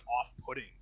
off-putting